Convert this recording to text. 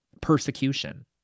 persecution